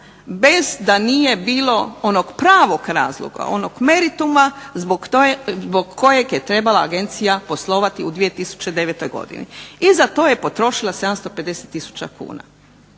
bez da nije bilo onog pravog razloga, onog merituma zbog kojeg je trebala agencija poslovati u 2009. godini. I za to je potrošila 750 tisuća kuna.